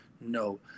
No